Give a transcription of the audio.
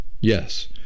yes